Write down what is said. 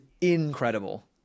incredible